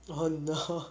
oh no